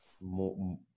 more